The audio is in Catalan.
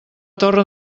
torre